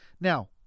Now